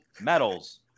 medals